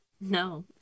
No